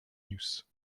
use